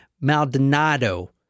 Maldonado